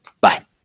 Bye